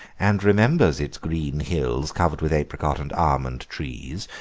and remembers its green hills covered with apricot and almond trees,